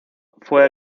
fue